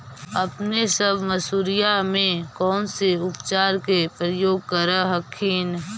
अपने सब मसुरिया मे कौन से उपचार के प्रयोग कर हखिन?